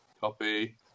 copy